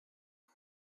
pan